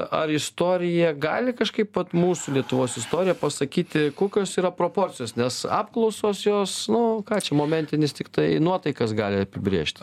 ar istorija gali kažkaip vat mūsų lietuvos istorija pasakyti kokios yra proporcijos nes apklausos jos nu ką čia momentinis tiktai nuotaikas gali apibrėžti